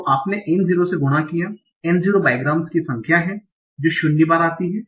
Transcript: तो आपने N0 से गुणा किया N0 बाइग्राम्स की संख्या है जो शून्य बार आती है